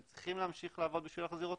והם צריכים להמשיך לעבוד בשביל להחזיר אותו.